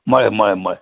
મળે મળે મળે